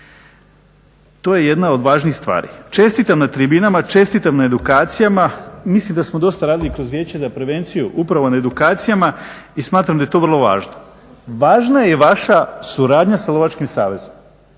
To je jedna od važnijih stvari. Čestitam na tribinama, čestitam na edukacijama. Mislim da smo dosta radili kroz vijeće za prevenciju upravo na edukacijama i smatram da je to vrlo važno. Važna je vaša suradnja sa lovačkim savezom.